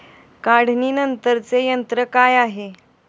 काढणीनंतरचे तंत्र काय आहे?